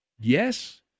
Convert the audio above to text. Yes